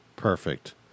Perfect